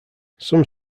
some